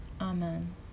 Amen